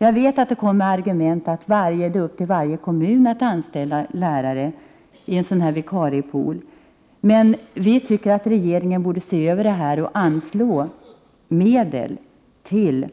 Här väntar jag bara på argumentet att det är upp till varje kommun att anställa lärare som skall ingå i en vikariepool. Men vi tycker ändå att regeringen behöver se över frågan och anslå medel till